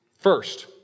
First